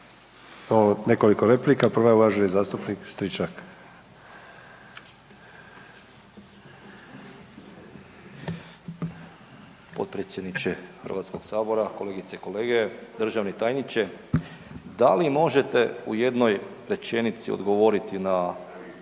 …/Govornik naknadno uključen/… podpredsjedniče Hrvatskog sabora, kolegice i kolege, državni tajniče. Da li možete u jednoj rečenici odgovoriti na